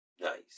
Nice